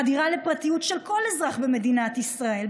חדירה לפרטיות של כל אזרח במדינת ישראל,